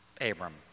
Abram